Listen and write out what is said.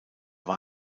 war